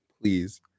Please